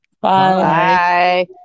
Bye